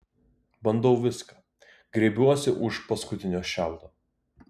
bandau viską grėbiuosi už paskutinio šiaudo